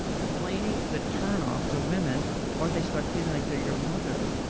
complaining is a turn off to women or they start feeling like they're your mother,